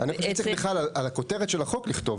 --- אני חושב שבכלל על הכותרת של החוק צריך לכתוב,